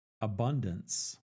abundance